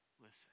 Listen